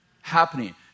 happening